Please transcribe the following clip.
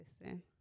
listen